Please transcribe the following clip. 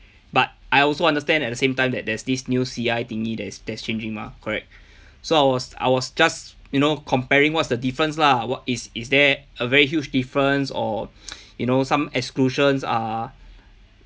but I also understand at the same time that there's this new C_I thingy that's that's changing mah correct so I was I was just you know comparing what's the difference lah what is is there a very huge difference or you know some exclusions are